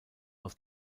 aus